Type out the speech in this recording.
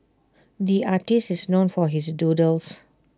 the artists is known for his doodles